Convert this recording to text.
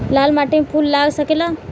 लाल माटी में फूल लाग सकेला?